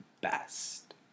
best